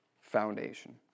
foundation